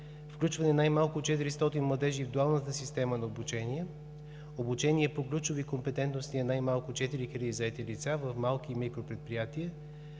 Включване най-малко 400 младежи в дуалната система на обучение, обучение по ключови компетентности на най-малко 4000 заети лица в малки и микропредприятия.